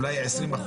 אולי 20%,